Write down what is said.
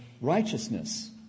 righteousness